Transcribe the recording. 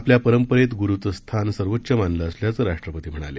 आपल्या परंपरेत गुरुचं स्थान सर्वोच्च मानलं असल्याचं राष्ट्रपती म्हणाले